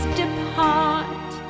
depart